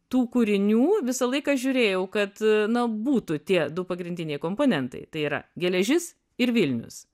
tų kūrinių visą laiką žiūrėjau kad na būtų tie du pagrindiniai komponentai tai yra geležis ir vilnius